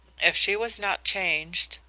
if she was not changed,